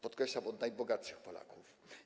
Podkreślam: od najbogatszych Polaków.